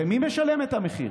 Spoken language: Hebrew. ומי משלם את המחיר?